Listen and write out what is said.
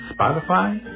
Spotify